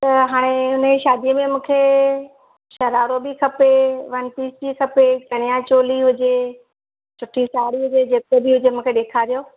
त हाणे हुनजी शादिअ में मूंखे शरारो बि खपे वनपीस बि खपे चनिया चोली हुजे सुठी साड़ी हुजे ढक जी हुजे मूंखे ॾेखारियो